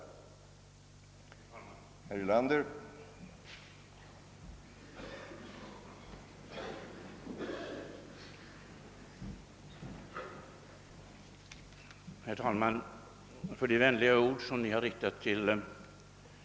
Ordet lämnades härefter på begäran till